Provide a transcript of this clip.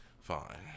Fine